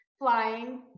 Flying